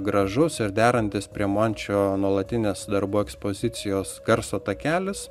gražus ir derantis prie mončio nuolatinės darbų ekspozicijos garso takelis